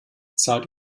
zahlt